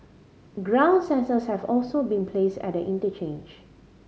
ground sensors have also been placed at the interchange